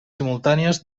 simultànies